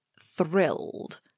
thrilled